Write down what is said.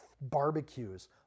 barbecues